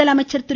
முதலமைச்சர் திரு